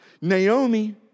Naomi